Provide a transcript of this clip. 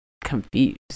confused